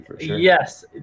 Yes